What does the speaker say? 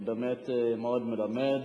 באמת, מאוד מלמד.